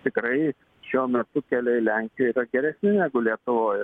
tikrai šiuo metu keliai lenkijoj yra geresni negu lietuvoj